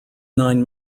nine